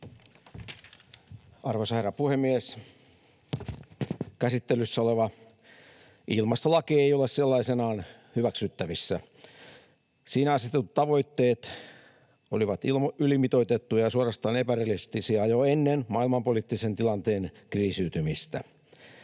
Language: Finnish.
Arvoisa herra puhemies! Käsittelyssä oleva ilmastolaki ei ole sellaisenaan hyväksyttävissä. Siinä asetetut tavoitteet olivat ylimitoitettuja ja suorastaan epärealistisia jo ennen maailmanpoliittisen tilanteen kriisiytymistä.